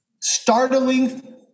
startling